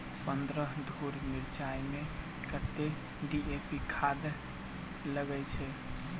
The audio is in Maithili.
पन्द्रह धूर मिर्चाई मे कत्ते डी.ए.पी खाद लगय छै?